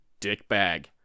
dickbag